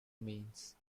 means